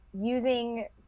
using